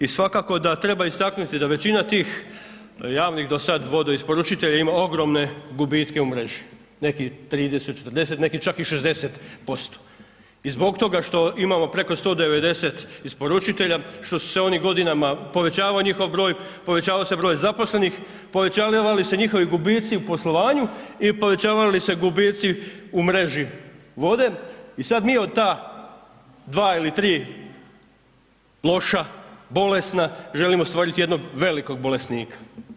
I svakako da treba istaknuti da većina ih javnih do sad vodoisporučitelja ima ogromne gubitke u mreži, neki trideset, četrdeset, neki čak i 60%, i zbog toga što imamo preko 190 isporučitelja, što su se oni godinama, povećavao njihov broj, povećavao se broj zaposlenih, povećavali se njihovi gubitci u poslovanju i povećavali se gubitci u mreži vode, i sad mi od ta dva ili tri loša, bolesna želimo stvorit jednog velikog bolesnika.